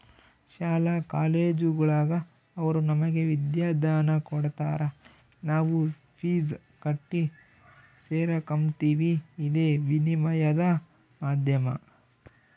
ಶಾಲಾ ಕಾಲೇಜುಗುಳಾಗ ಅವರು ನಮಗೆ ವಿದ್ಯಾದಾನ ಕೊಡತಾರ ನಾವು ಫೀಸ್ ಕಟ್ಟಿ ಸೇರಕಂಬ್ತೀವಿ ಇದೇ ವಿನಿಮಯದ ಮಾಧ್ಯಮ